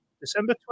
December